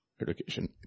education